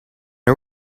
are